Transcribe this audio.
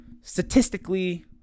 statistically